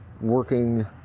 working